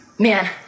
Man